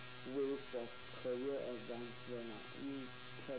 ways for career advancement lah you cannot